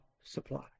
supply